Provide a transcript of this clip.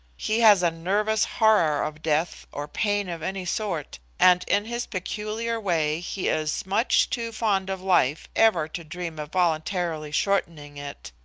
he has a nervous horror of death or pain of any sort, and in his peculiar way he is much too fond of life ever to dream of voluntarily shortening it.